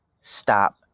stop